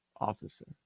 officer